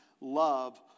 love